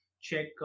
check